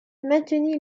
maintenir